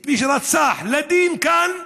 את מי שרצח, לדין כאן,